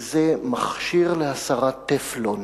וזה מכשיר להסרת טפלון.